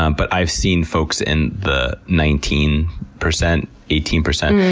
um but i've seen folks in the nineteen percent, eighteen percent,